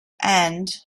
and